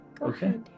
Okay